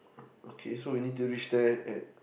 okay so we need to reach there at